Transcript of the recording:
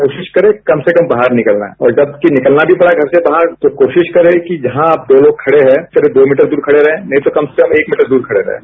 कोशिश करें कम से कम बाहर निकलना है और जबकि निकलना भी पड़ा घर से बाहर तो कोशिश करे कि जहां आप दो लोग खड़े हैं करीब दो मीटर दूर खड़े रहें नहीं तो कम से कम एक मीटर दूर खड़े रहें